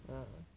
ah